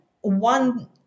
one